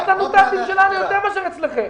יש לנו ת"תים שלנו יותר מאשר אצלכם.